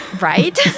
Right